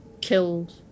killed